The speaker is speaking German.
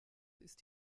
ist